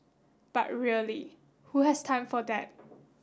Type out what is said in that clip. but really who has time for that